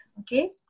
okay